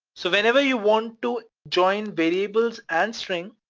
so whenever you want to join variables and string,